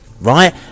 right